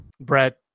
Brett